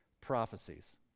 prophecies